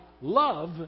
love